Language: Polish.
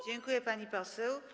Dziękuję, pani poseł.